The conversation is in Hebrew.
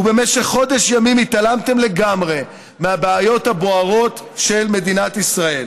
ובמשך חודש ימים התעלמתם לגמרי מהבעיות הבוערות של מדינת ישראל.